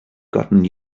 gotten